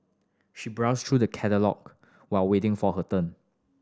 she browsed through the catalogue while waiting for her turn